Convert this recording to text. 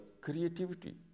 creativity